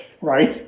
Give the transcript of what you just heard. right